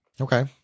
Okay